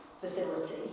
facility